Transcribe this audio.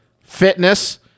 fitness